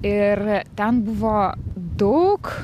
ir ten buvo daug